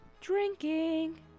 Drinking